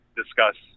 discuss